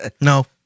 No